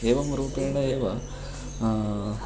एवं रूपेण एव